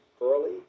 early